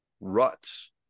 ruts